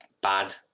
bad